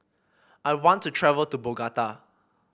I want to travel to Bogota